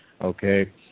okay